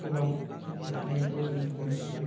गोबां जौगाखांनायखौ जों नुनो मोनो